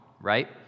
right